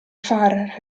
far